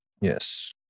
Yes